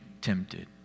tempted